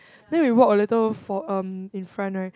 then we walk a little for um in front right